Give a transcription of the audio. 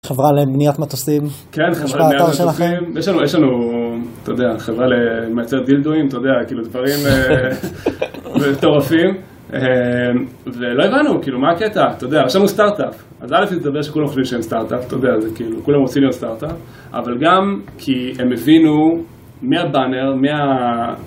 חברה לבניית מטוסים. כן, חברה לבניית מטוסים. יש באתר שלכם. יש לנו, אתה יודע, חברה למייצר דילדויים, אתה יודע, כאילו דברים מטורפים. ולא הבנו, כאילו, מה הקטע? אתה יודע, עכשיו הוא סטארט-אפ. אז א' זה זה שכולם חושבים שהם סטארט-אפ, אתה יודע, זה כאילו, כולם רוצים להיות סטארט-אפ, אבל גם כי הם הבינו מהבאנר, מה...